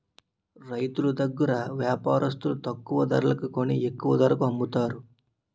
రైతులు దగ్గర వ్యాపారస్తులు తక్కువ ధరకి కొని ఎక్కువ ధరకు అమ్ముతారు